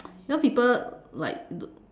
you know people like